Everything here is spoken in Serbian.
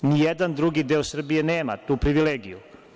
Nijedan drugi deo Srbije nema tu privilegiju.